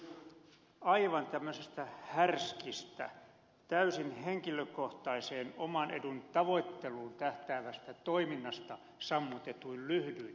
siinä on kysymys aivan tämmöisestä härskistä täysin henkilökohtaiseen oman edun tavoitteluun tähtäävästä toiminnasta sammutetuin lyhdyin